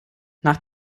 nach